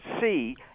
see